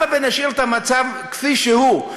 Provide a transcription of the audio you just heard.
הבה ונשאיר את המצב כפי שהוא,